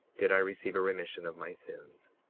did i receive a remission of my sins.